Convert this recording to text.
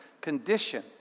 condition